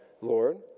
Lord